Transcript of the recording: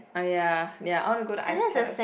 orh ya ya I wanna go the ice palace